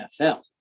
NFL